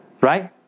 Right